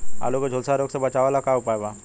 आलू के झुलसा रोग से बचाव ला का उपाय बा?